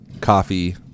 coffee